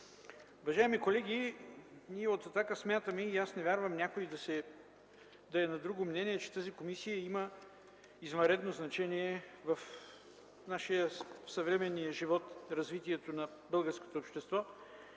че тази комисия има извънредно значение в нашия съвременен живот и в развитието на българското общество.